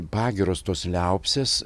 pagyros tos liaupsės